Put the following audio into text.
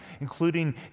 including